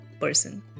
person